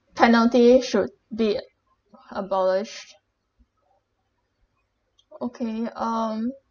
death penalty should be abolished okay um